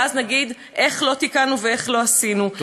ואז נגיד: איך לא תיקנו ואיך לא עשינו,